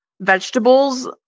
vegetables